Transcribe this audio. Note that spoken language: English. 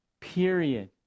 period